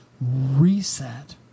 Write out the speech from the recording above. Reset